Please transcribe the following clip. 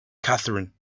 katherine